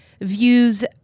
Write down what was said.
views